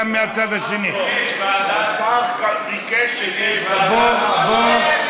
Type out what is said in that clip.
השר ביקש שזה יהיה בוועדת